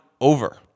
over